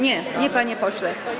Nie, nie, panie pośle.